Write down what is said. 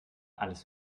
alles